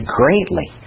greatly